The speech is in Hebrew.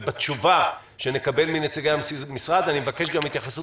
בתשובה שנקבל מנציגי המשרד אני מבקש גם התייחסות